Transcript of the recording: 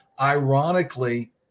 Ironically